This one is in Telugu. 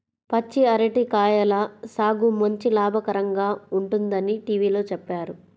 పచ్చి అరటి కాయల సాగు మంచి లాభకరంగా ఉంటుందని టీవీలో చెప్పారు